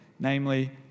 Namely